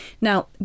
now